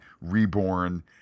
reborn